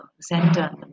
center